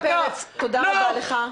בני פרץ, תודה רבה לך.